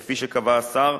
כפי שקבע השר,